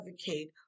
advocate